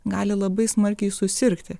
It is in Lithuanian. gali labai smarkiai susirgti